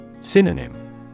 Synonym